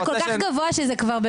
זה כל כך גבוה שזה כבר לא משנה,